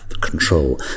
control